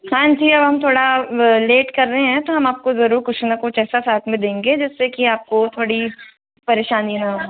हाँ जी अब हम थोड़ा लेट कर रहे हैं तो हम आपको ज़रूर कुछ ना कुछ ऐसा साथ में देंगे जिससे कि आपको थोड़ी परेशानी ना हो